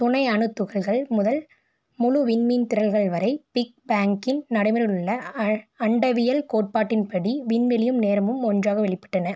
துணை அணு துகள்கள் முதல் முழு விண்மீன் திரள்கள் வரை பிக் பேங்கிங் நடைமுறையில் உள்ள அண்டவியல் கோட்பாட்டின்படி விண்வெளியும் நேரமும் ஒன்றாக வெளிப்பட்டன